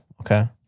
okay